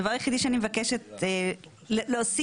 דבר שאני מבקשת להציע,